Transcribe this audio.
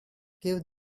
give